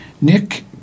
Nick